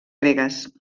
gregues